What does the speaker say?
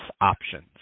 options